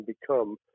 become